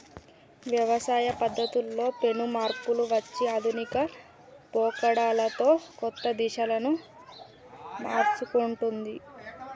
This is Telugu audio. వ్యవసాయ పద్ధతుల్లో పెను మార్పులు వచ్చి ఆధునిక పోకడలతో కొత్త దిశలను మర్సుకుంటొన్ది